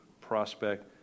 prospect